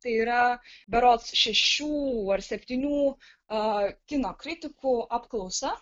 tai yra berods šešių ar septynių aa kino kritikų apklausa